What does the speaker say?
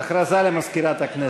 הודעה למזכירת הכנסת.